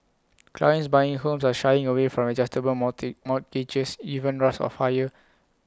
clients buying homes are shying away from adjustable mortgages even risks of higher